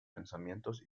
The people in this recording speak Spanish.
pensamientos